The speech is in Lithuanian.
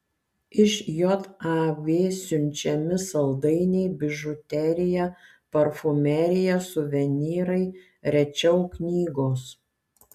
iš jav siunčiami saldainiai bižuterija parfumerija suvenyrai rečiau knygos